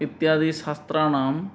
इत्यादिशास्त्राणां